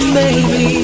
baby